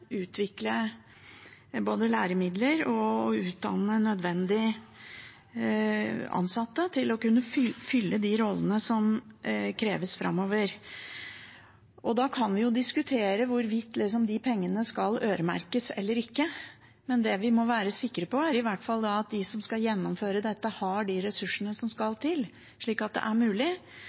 utvikle læremidler og utdanne nødvendige ansatte til å kunne fylle de rollene som kreves framover. Da kan vi diskutere hvorvidt de pengene skal øremerkes eller ikke, men det vi må være sikre på, er i hvert fall at de som skal gjennomføre dette, har de ressursene som skal til, slik at det er mulig,